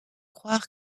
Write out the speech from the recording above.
croire